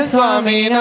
Swami